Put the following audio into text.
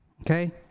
okay